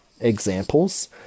Examples